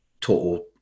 total